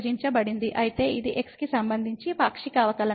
అయితే ఇది x కి సంబంధించి పాక్షిక అవకలనం అవుతుంది